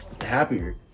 happier